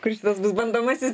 kuris vėl bus bandomasis